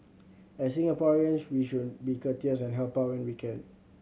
as Singaporeans we should be courteous and help out when we can